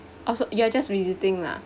oh so you are just visiting lah